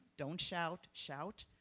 don't shout, shout?